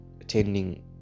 attending